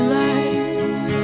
life